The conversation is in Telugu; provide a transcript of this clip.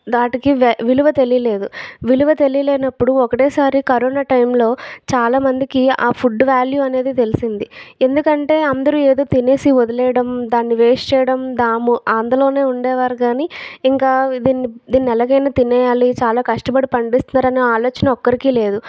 వాటికి వి విలువ తెలియలేదు విలువ తెలియలేనప్పుడు ఒకటేసారి కరోనా టైంలో చాలామందికి ఆ ఫుడ్ వ్యాల్యూ అనేది తెలిసింది ఎందుకంటే అందరూ ఏదో తినేసి వదిలేయడం దానిని వేస్ట్ చేయడం దా ము అందులోనే ఉండేవారు కానీ ఇంకా దీన్ని దీన్ని ఎలాగైనా తినేయాలి చాలా కష్టపడి పండిస్తున్నారు అనే ఆలోచన ఒక్కరికీ లేదు